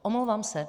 Omlouvám se.